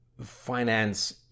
finance